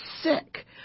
sick